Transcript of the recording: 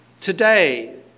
today